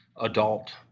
adult